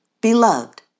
Beloved